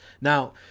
Now